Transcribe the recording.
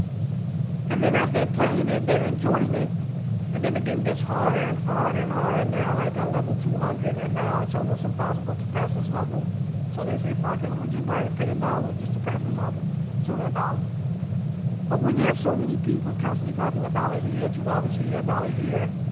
and then as they're playing it they're enjoying it and then the game gets harder and harder and harder and they're like on level two hundred and now it's almost impossible to pass this level so they say fucking i'll um ah just buy it pay a dollar just to pass this level is only a dollar but when you have so many people constantly dropping a balla here two dollars here dollar here.